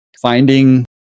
finding